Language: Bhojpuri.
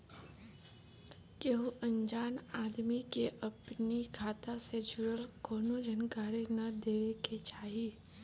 केहू अनजान आदमी के अपनी खाता से जुड़ल कवनो जानकारी ना देवे के चाही